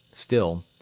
still,